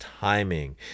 timing